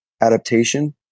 adaptation